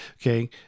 Okay